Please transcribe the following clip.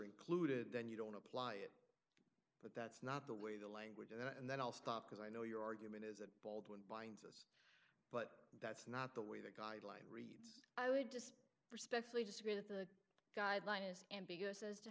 included then you don't apply it but that's not the way the language and then i'll stop because i know your argument is old one binds us but that's not the way the guideline reads i would just respectfully disagree that the guideline is ambiguous as to